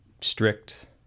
strict